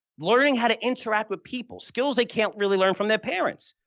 learning how to interact with people, skills they can't really learn from their parents,